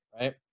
right